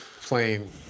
playing